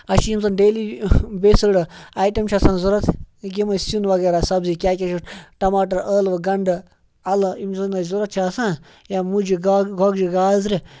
اَسہِ چھِ یِم زَن ڈیلی بیسٕڈ آیٹَم چھِ آسان ضوٚرَتھ یِم أسۍ سیُن وغیرہ سَبزی کیٛاہ کیٛاہ چھِ ٹَماٹَر ٲلوٕ گَنڈٕ اَلہٕ یِم زَن اَسہِ ضوٚرَتھ چھِ آسان یا مُجہِ گۄگجہِ گازرِ